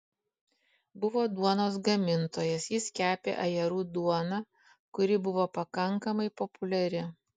buvo duonos gamintojas jis kepė ajerų duoną kuri buvo pakankamai populiari